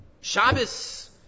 Shabbos